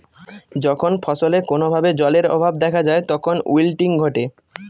যখন ফসলে কোনো ভাবে জলের অভাব দেখা যায় তখন উইল্টিং ঘটে